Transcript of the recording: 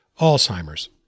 Alzheimer's